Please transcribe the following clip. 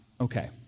Okay